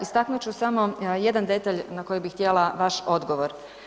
Istaknut ću samo jedan detalj na koji bi htjela vaš odgovor.